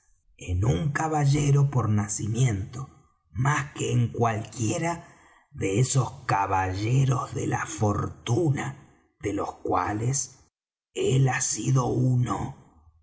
mismas palabras en un caballero por nacimiento más que en cualquiera de esos caballeros de la fortuna de los cuales él ha sido uno